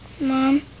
Mom